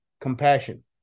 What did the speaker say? compassion